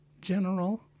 general